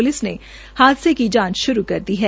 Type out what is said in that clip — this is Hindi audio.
पुलिस ने हादसे की जांच शुरू कर दी है